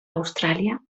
austràlia